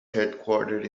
headquartered